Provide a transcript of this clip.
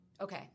Okay